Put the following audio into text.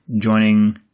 joining